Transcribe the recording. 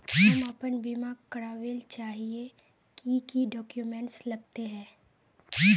हम अपन बीमा करावेल चाहिए की की डक्यूमेंट्स लगते है?